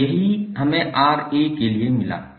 और यही हमें Ra के लिए मिला